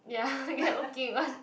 ya kept looking one